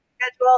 schedule